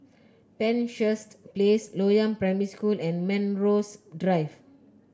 Penshurst Place Loyang Primary School and Melrose Drive